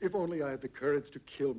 if only i had the courage to kill